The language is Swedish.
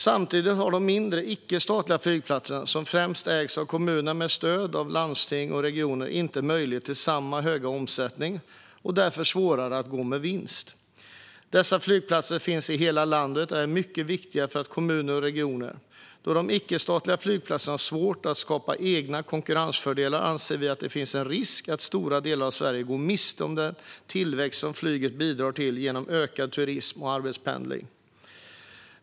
Samtidigt har de mindre, icke-statliga flygplatserna, som främst ägs av kommunerna med stöd av landsting och regioner, inte möjlighet till samma höga omsättning, och de har därför svårare att gå med vinst. Dessa flygplatser finns i hela landet och är mycket viktiga för kommunerna och regionerna. Då de icke-statliga flygplatserna har svårt att skapa egna konkurrensfördelar anser vi att det finns en risk att stora delar av Sverige går miste om den tillväxt som flyget bidrar till genom ökad turism och arbetspendling.